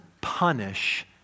punish